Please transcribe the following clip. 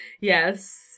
Yes